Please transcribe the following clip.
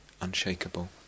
unshakable